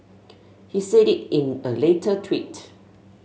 he said it in a later tweet